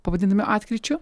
pavadiname atkryčiu